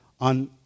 on